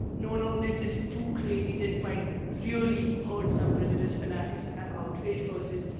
no no, this is too crazy, this might really hurt some religious fanatics and have outrage, versus,